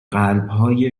قلبهای